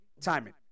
Timing